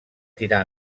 tirar